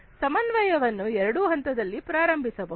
ಸಮನ್ವಯವನ್ನು ಎರಡು ಹಂತಗಳಲ್ಲಿ ಪ್ರಾರಂಭಿಸಬಹುದು